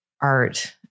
art